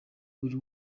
buri